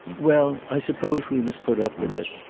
well i suppose we must put up with it.